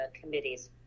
committees